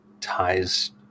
ties